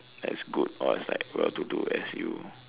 as good or as like well to do as you